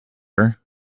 her